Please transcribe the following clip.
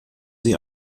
sie